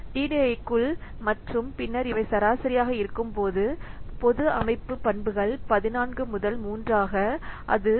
TDI க்குள் மற்றும் பின்னர் இவை சராசரியாக இருக்கும் பொது அமைப்பு பண்புகள் 14 முதல் 3 ஆக அது 1